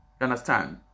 understand